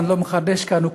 ואני לא מחדש כאן,